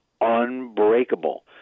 unbreakable